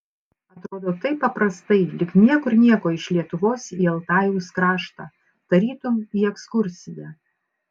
atrodo taip paprastai lyg niekur nieko iš lietuvos į altajaus kraštą tarytum į ekskursiją